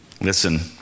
Listen